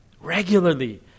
regularly